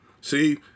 See